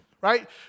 Right